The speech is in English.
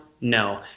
no